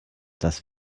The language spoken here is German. das